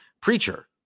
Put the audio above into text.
preacher